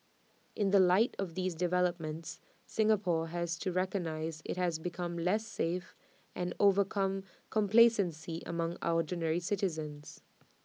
in the light of these developments Singapore has to recognise IT has become less safe and overcome complacency among ordinary citizens